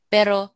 Pero